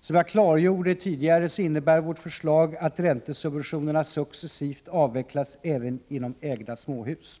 Som jag klargjorde tidigare innebär vårt förslag att räntesubventionerna successivt avvecklas även i fråga om ägda småhus.